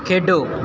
ਖੇਡੋ